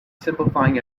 simplifying